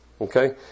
Okay